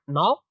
now